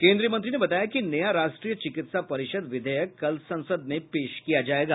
केन्द्रीय मंत्री ने बताया कि नया राष्ट्रीय चिकित्सा परिषद विधेयक कल संसद में पेश किया जाएगा